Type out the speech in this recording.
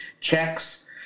checks